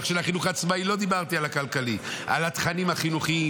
של החינוך העצמאי על התכנים החינוכיים.